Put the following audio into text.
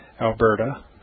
Alberta